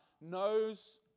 knows